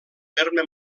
terme